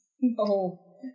No